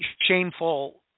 shameful